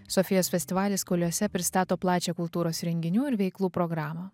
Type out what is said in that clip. sofijos festivalis kuliuose pristato plačią kultūros renginių ir veiklų programą